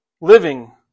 living